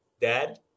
Dad